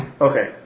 Okay